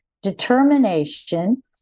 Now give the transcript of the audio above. determination